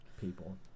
people